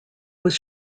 was